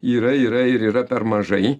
yra yra ir yra per mažai